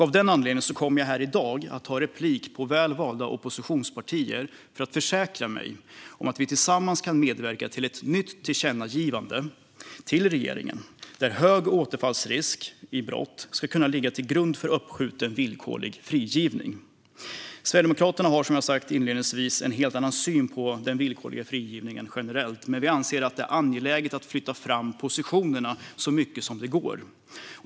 Av den anledningen kommer jag här i dag att begära replik på väl valda oppositionspartier för att försäkra mig om att vi tillsammans kan medverka till ett nytt tillkännagivande till regeringen om att hög risk för återfall i brott ska kunna ligga till grund för uppskjuten villkorlig frigivning. Sverigedemokraterna har, som jag sa inledningsvis, en helt annan syn på villkorlig frigivning generellt, men vi anser att det är angeläget att flytta fram positionerna så mycket som det går.